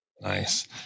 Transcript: Nice